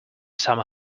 summer